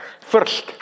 First